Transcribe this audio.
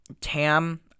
Tam